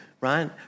right